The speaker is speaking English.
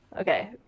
Okay